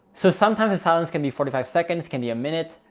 so sometimes the silence can be forty five seconds, can be a minute.